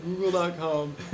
google.com